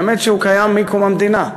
האמת שהוא קיים מקום המדינה.